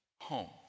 home